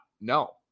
No